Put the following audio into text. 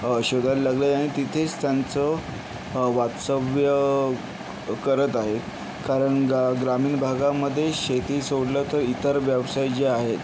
शोधायला लागले आणि तिथेच त्यांचं वास्तव्य करत आहे कारण ग्रामीण भागामध्ये शेती सोडलं तर इतर व्यवसाय जे आहेत